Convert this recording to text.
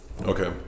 Okay